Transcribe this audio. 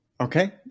Okay